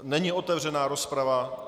Není otevřená rozprava.